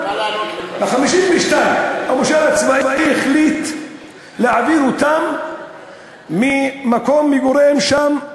ב-1952 המושל הצבאי החליט להעביר אותם ממקום מגוריהם שם,